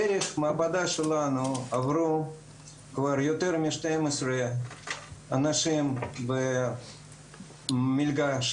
דרך המעבדה שלנו עברו כבר יותר משנים עשר אנשים במלגות לאורך